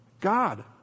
God